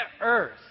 earth